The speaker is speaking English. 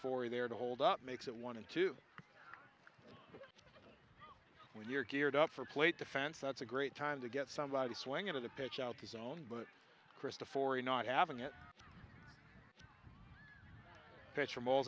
for there to hold up makes it one and two when you're geared up for plate defense that's a great time to get somebody swing into the pitch out the zone but krista for you not having it face from all